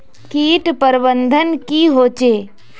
किट प्रबन्धन की होचे?